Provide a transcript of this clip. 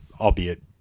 albeit